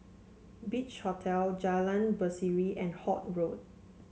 Beach Hotel Jalan Berseri and Holt Road